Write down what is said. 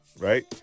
Right